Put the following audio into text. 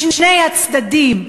בשני הצדדים.